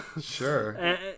sure